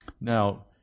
Now